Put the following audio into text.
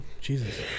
Jesus